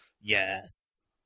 Yes